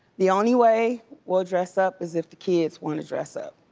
the only way we'll dress up is if the kids wanna dress up.